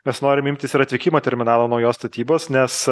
mes norim imtis ir atvykimo terminalo naujos statybos nes